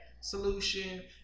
solution